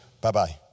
Bye-bye